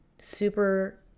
super